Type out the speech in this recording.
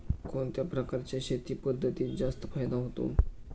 कोणत्या प्रकारच्या शेती पद्धतीत जास्त फायदा होतो?